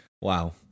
Wow